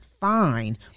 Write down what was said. fine